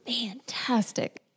Fantastic